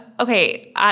Okay